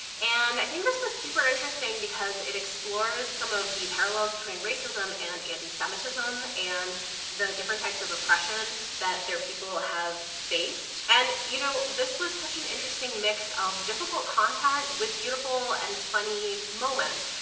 and i think this is super interesting because it explores some of the parallels between racism and anti-semitism and the different types of oppression that their people have faced. and you know, this was such an interesting mix of difficult content with beautiful and funny moments.